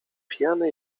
pijany